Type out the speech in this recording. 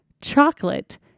chocolate